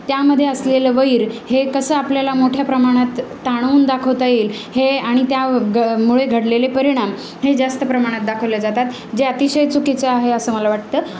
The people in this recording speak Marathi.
त्यामध्ये असलेलं वैर हे कसं आपल्याला मोठ्या प्रमाणात ताणवून दाखवता येईल हे आणि त्या घ मुळे घडलेले परिणाम हे जास्त प्रमाणात दाखवले जातात जे अतिशय चुकीचं आहे असं मला वाटतं